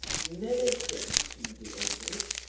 medicine to the ancients,